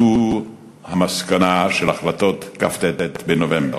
זו המסקנה של החלטות כ"ט בנובמבר.